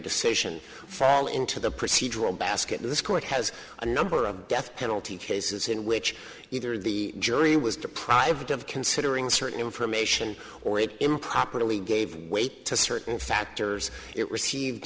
decision fall into the procedural basket this court has a number of death penalty cases in which either the jury was deprived of considering certain information or it improperly gave weight to certain factors it received